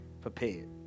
prepared